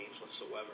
whatsoever